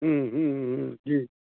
ह्म्म हम्म ह्म्म जी